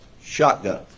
shotgun